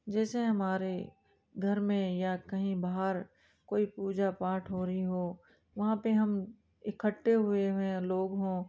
जैसे हमारे घर में या कहीं बाहर कोई पूजा पाठ हो रही हो वहाँ पर हम इकट्ठे हुए हुए लोग हों